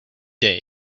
day